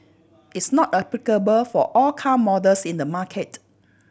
it's not applicable for all car models in the market